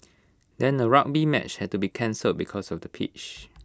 then A rugby match had to be cancelled because of the pitch